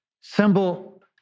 symbol